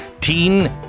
Teen